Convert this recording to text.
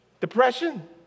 Depression